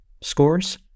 scores